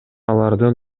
алардын